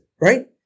Right